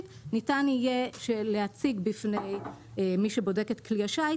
ניתן יהיה להציג בפני מי שבודק את כלי השיט.